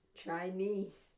Chinese